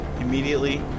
immediately